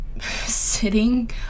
sitting